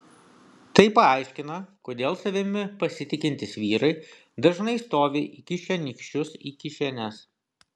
tai paaiškina kodėl savimi pasitikintys vyrai dažnai stovi įkišę nykščius į kišenes